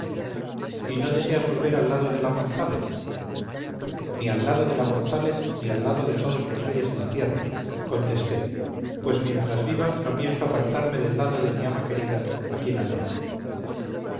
y no deseas volver al lado de la gonzález ni al lado de la gonzález ni al lado de todos los reyes de la tierra contesté pues mientras viva no pienso apartarme del lado de mi ama querida a quien adoro